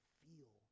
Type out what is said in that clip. feel